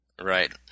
Right